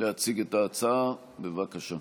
להציג את ההצעה, בבקשה.